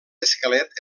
esquelet